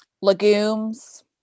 legumes